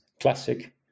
classic